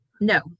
no